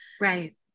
right